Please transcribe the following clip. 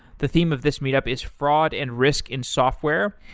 the theme of this meet-up is fraud and risk in software.